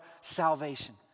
salvation